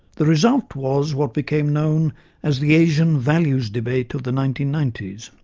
the result was what became known as the asian values debate of the nineteen ninety s.